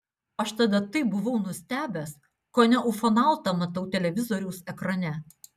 aš tada taip buvau nustebęs kone ufonautą matau televizoriaus ekrane